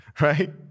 right